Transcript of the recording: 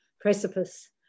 precipice